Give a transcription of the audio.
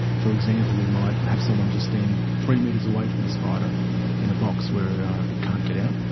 for example, we might have someone just stand three metres away from a spider in a box where it can't get out,